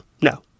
No